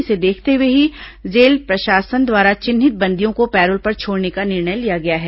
इसे देखते हुए ही जेल प्रशासन द्वारा चिन्हित बंदियों को पैरोल पर छोड़ने का निर्णय लिया गया है